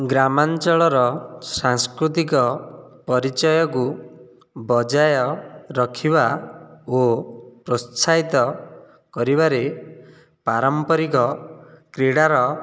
ଗ୍ରାମାଞ୍ଚଳର ସାଂସ୍କୃତିକ ପରିଚୟକୁ ବଜାୟ ରଖିବା ଓ ପ୍ରୋତ୍ସାହିତ କରିବାରେ ପାରମ୍ପରିକ କ୍ରୀଡ଼ା ର